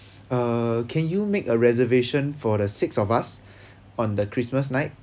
uh can you make a reservation for the six of us on the christmas night